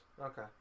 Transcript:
Okay